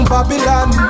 Babylon